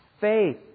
faith